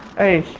a